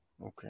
okay